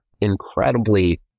incredibly